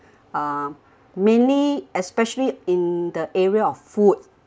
uh mainly especially in the area of food